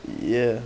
ya